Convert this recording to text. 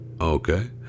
okay